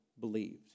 believed